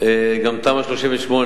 כולם רואים שגם הכביש יפה,